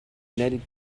united